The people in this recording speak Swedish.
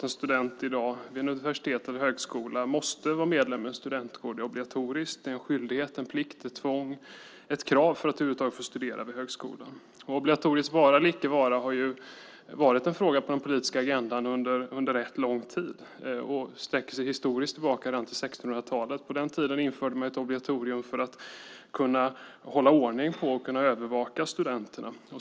En student vid ett universitet eller en högskola måste i dag vara medlem i en studentkår. Det är obligatoriskt, en skyldighet, en plikt, ett tvång - ett krav för att över huvud taget få studera vid högskola. Obligatoriets vara eller icke vara har varit en fråga på den politiska agendan under rätt lång tid. Frågan sträcker sig historiskt tillbaka till 1600-talet. På den tiden införde man ett obligatorium för att kunna hålla ordning på och övervaka studenterna.